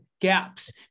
gaps